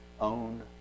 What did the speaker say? own